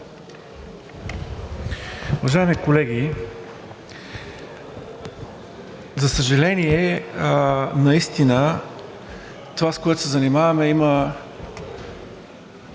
Уважаеми колеги, за съжаление, наистина това, с което се занимаваме, има